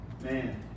man